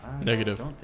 Negative